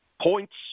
points